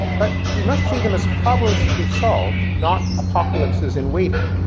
but we must see them as problems to be solved, not apocalypses in waiting,